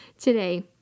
today